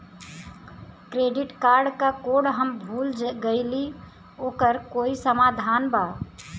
Credit card क code हम भूल गइली ओकर कोई समाधान बा?